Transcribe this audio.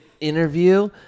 interview